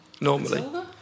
normally